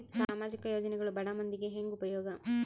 ಸಾಮಾಜಿಕ ಯೋಜನೆಗಳು ಬಡ ಮಂದಿಗೆ ಹೆಂಗ್ ಉಪಯೋಗ?